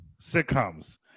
sitcoms